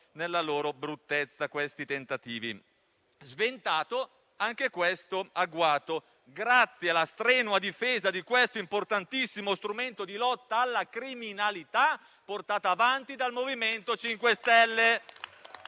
nella loro bruttezza. Anche questo agguato è stato sventato grazie alla strenua difesa di questo importantissimo strumento di lotta alla criminalità portata avanti dal MoVimento 5 Stelle.